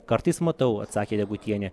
kartais matau atsakė degutienė